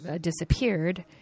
disappeared